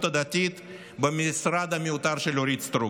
הדתית במשרד המיותר של אורית סטרוק.